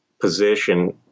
position